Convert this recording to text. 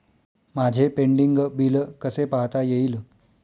माझे pending bill कसे पाहता येईल?